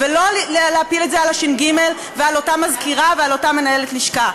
לא להפיל את זה על הש"ג ועל אותה מזכירה ועל אותה מנהלת לשכה.